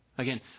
Again